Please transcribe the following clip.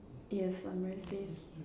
yes I'm very safe